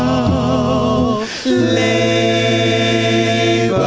um a